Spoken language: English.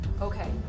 Okay